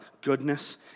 goodness